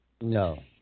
No